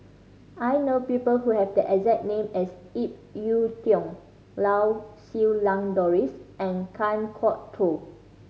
I know people who have the exact name as Ip Yiu Tung Lau Siew Lang Doris and Kan Kwok Toh